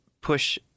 push